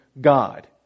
God